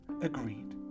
agreed